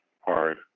hard